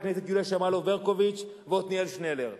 הכנסת יוליה שמאלוב-ברקוביץ ועתניאל שנלר.